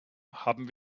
haben